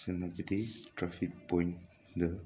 Senapati traffic ꯄꯣꯏꯟꯗ